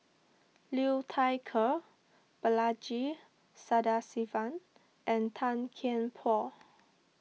Liu Thai Ker Balaji Sadasivan and Tan Kian Por